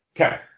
Okay